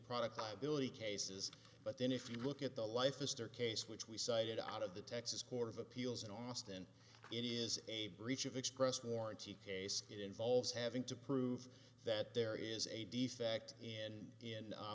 product liability cases but then if you look at the life mr case which we cited out of the texas court of appeals in austin it is a breach of express warranty case it involves having to prove that there is a defect and in